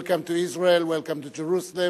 Welcome to Israel, welcome to Jerusalem,